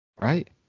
right